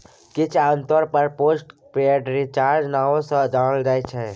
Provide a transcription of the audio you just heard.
किछ आमतौर पर पोस्ट पेड रिचार्ज नाओ सँ जानल जाइ छै